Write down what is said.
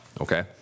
okay